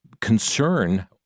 concern